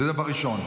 זה דבר ראשון.